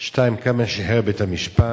2. כמה שחרר בית-המשפט?